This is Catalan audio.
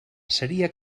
seria